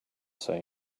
say